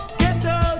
ghetto